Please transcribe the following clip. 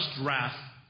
wrath